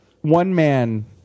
one-man